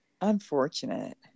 Unfortunate